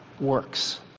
Works